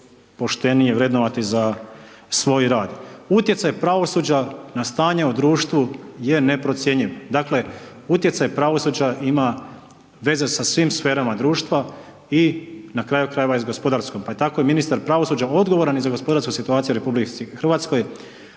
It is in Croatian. poštenije vrednovati za svoj rad. Utjecaj pravosuđa na stanje u društvu je neprocjenjivo. Dakle, utjecaj pravosuđa ima veze sa svim sferama društva i na kraju krajeva i s gospodarskom, pa je tako i ministar pravosuđa odgovoran i za gospodarsku situaciju u RH.